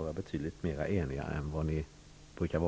Vi förväntar oss nu svar på de frågor som framställdes den 20 december förra året.'' På den punkten tror jag att vi är fullständigt eniga i Göteborg. Vi brukar för övrigt vara betydligt mer eniga på alla möjliga plan än vad ni brukar